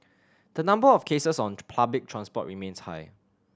the number of cases on public transport remains high